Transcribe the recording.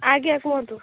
ଆଜ୍ଞା କୁହନ୍ତୁ